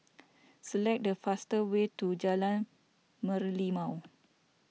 select the fastest way to Jalan Merlimau